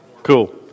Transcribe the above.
Cool